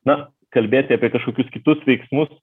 na kalbėti apie kažkokius kitus veiksmus